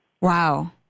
Wow